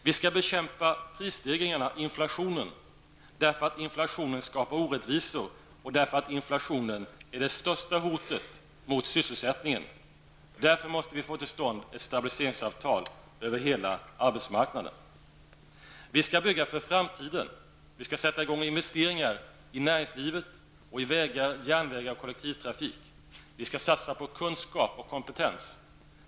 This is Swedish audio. Vi skall bekämpa prisstegringarna, inflationen, därför att inflationen skapar orättvisor och utgör det största hotet mot sysselsättningen. Vi måste därför få till stånd ett stabiliseringsavtal på hela arbetsmarknaden. Vi skall bygga för framtiden. Vi skall sätta i gång investeringar när det gäller näringslivet, vägar, järnvägar och kollektivtrafiken. Vi skall satsa på kunskap och kompetens.